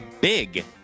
big